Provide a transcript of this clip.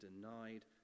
denied